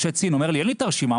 משה צין: אין לי את הרשימה,